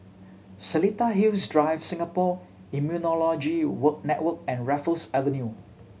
Seletar Hills Drive Singapore Immunology Network and Raffles Avenue